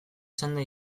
txanda